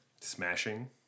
Smashing